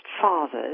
fathers